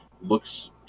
looks